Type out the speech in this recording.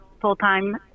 full-time